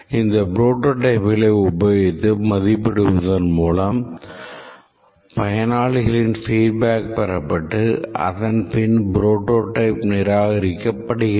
இந்த புரோடோடைப்களை உபயோகித்து மதிப்பிவதன் மூலம் பயனாளிகளின் feedback பெறப்பட்டு அதன்பின் புரோடோடைப் நிராகரிக்கப்படுகிறது